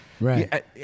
right